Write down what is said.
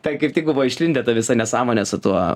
ten kaip tik buvo išlindę ta visa nesąmonė su tuo